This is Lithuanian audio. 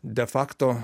de fakto